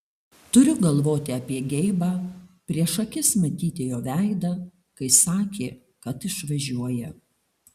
turiu galvoti apie geibą prieš akis matyti jo veidą kai sakė kad išvažiuoja